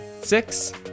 six